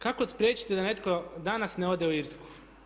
Kako spriječiti da netko danas ne ode u Irsku?